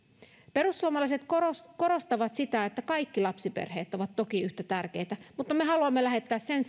perussuomalaiset korostavat korostavat sitä että kaikki lapsiperheet ovat toki yhtä tärkeitä mutta me haluamme lähettää sen